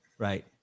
Right